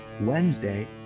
Wednesday